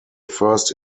first